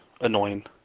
annoying